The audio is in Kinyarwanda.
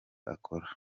akora